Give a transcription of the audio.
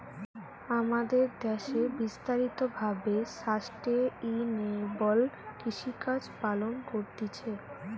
আমাদের দ্যাশে বিস্তারিত ভাবে সাস্টেইনেবল কৃষিকাজ পালন করতিছে